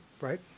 right